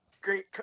great